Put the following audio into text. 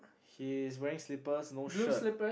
he's wearing slippers no shirt